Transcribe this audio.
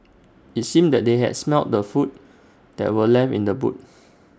IT seemed that they had smelt the food that were left in the boot